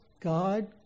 God